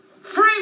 Free